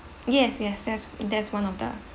yes yes that's that's one of the